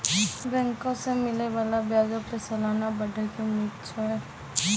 बैंको से मिलै बाला ब्याजो पे सलाना बढ़ै के उम्मीद छै